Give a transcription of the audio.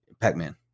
Pac-Man